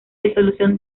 disolución